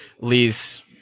Lee's